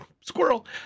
squirrel